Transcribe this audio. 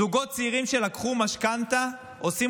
זוגות צעירים שלקחו משכנתה עושים